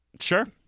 Sure